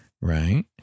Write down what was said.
Right